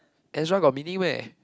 Ezra got meaning meh